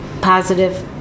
positive